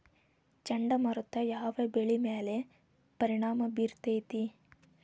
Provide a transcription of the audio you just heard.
ಚಂಡಮಾರುತ ಯಾವ್ ಬೆಳಿ ಮ್ಯಾಲ್ ಪರಿಣಾಮ ಬಿರತೇತಿ?